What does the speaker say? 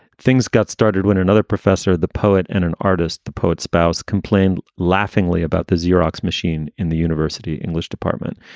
things got started when another professor, the poet and an artist, the poet spouse, complained laughingly about the xerox machine in the university english department.